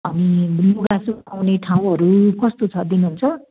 लुगा सुकाउने ठाउँहरू कस्तो छ दिनु हुन्छ